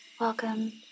welcome